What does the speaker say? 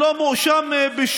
אך המגמות המסוכנות שמתחוללות בתוכנו